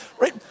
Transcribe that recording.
right